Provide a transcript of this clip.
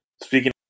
Speaking